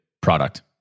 product